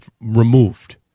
removed